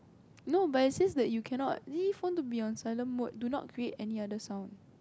no but it says that you can not there phone to be on silent mode do not create any other sound